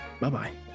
Bye-bye